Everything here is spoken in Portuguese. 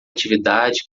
atividade